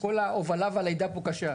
כל ההובלה והלידה פה קשה,